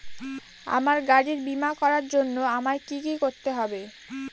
আমার গাড়ির বীমা করার জন্য আমায় কি কী করতে হবে?